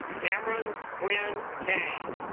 cameron quinn kane